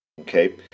Okay